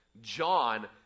John